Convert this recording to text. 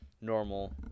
normal